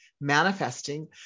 manifesting